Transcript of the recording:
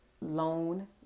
loan